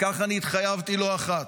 כך התחייבתי לא אחת,